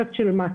אפקט של מעקב,